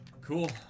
Cool